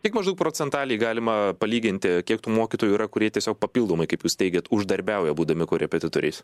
kiek maždaug procentaliai galima palyginti kiek tų mokytojų yra kurie tiesiog papildomai kaip jūs teigiat uždarbiauja būdami korepetitoriais